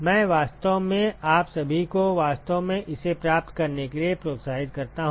मैं वास्तव में आप सभी को वास्तव में इसे प्राप्त करने के लिए प्रोत्साहित करता हूं